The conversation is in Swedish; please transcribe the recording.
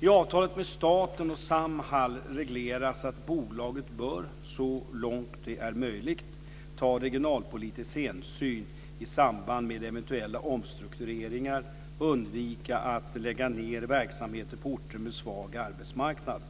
I avtalet mellan staten och Samhall regleras att bolaget bör, så långt det är möjligt, ta regionalpolitisk hänsyn i samband med eventuella omstruktureringar och undvika att lägga ned verksamhet på orter med svag arbetsmarknad.